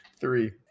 Three